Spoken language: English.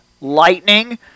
Lightning